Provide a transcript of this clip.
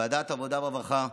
בוועדת העבודה והרווחה,